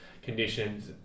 Conditions